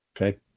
Okay